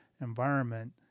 environment